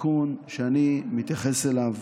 התיקון שאני מתייחס אליו